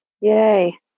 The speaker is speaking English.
Yay